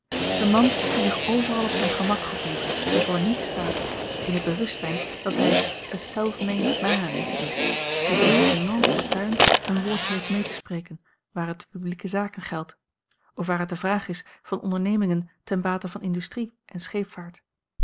een man die zich overal op zijn gemak gevoelt en voor niets staat in het bewustzijn dat hij a self made man is die door zijn enorm fortuin een woordje heeft mee te spreken waar het de publieke zaken geldt of waar het de vraag is van ondernemingen ten bate van industrie en scheepvaart